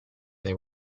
they